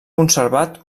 conservat